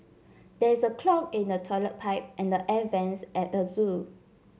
there is a clog in the toilet pipe and the air vents at the zoo